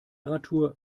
radtour